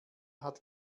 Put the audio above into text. hat